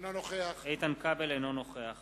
אינו נוכח